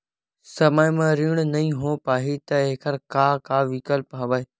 समय म ऋण नइ हो पाहि त एखर का विकल्प हवय?